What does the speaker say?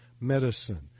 Medicine